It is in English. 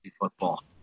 Football